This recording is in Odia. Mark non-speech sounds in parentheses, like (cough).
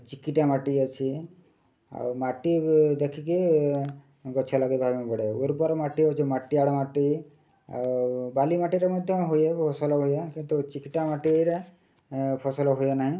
ଚିକିଟା ମାଟି ଅଛି ଆଉ ମାଟି ଦେଖିକି ଗଛ ଲଗାଇବା (unintelligible) ପଡ଼େ ଉର୍ବର ମାଟି ହଉଚି ମଟାଳିଆ ମାଟି ଆଉ ବାଲି ମାଟିରେ ମଧ୍ୟ ହୁଏ ଫସଲ ହୁଏ କିନ୍ତୁ ଚିକିଟା ମାଟିରେ ଫସଲ ହୁଏ ନାହିଁ